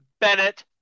Bennett